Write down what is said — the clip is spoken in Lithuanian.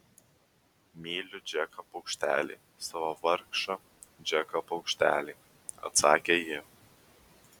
myliu džeką paukštelį savo vargšą džeką paukštelį atsakė ji